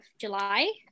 July